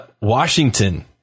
Washington